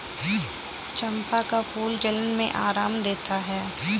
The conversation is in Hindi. चंपा का फूल जलन में आराम देता है